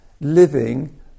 living